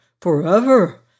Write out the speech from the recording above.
forever